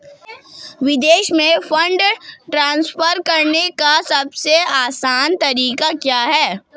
विदेश में fund transfer करने का सबसे आसान तरीका क्या है?